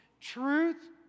truth